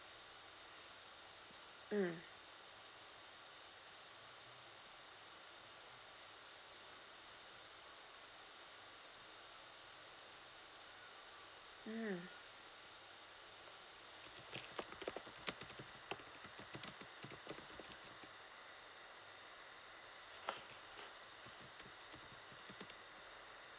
mm mmhmm